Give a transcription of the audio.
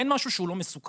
אין משהו שהוא לא מסוכן